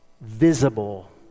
Visible